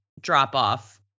drop-off